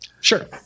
Sure